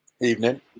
Evening